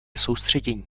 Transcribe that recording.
soustředění